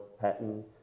pattern